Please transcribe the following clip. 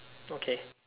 okay